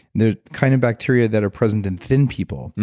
and there's kind of bacteria that are present in thin people,